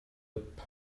lip